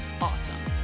awesome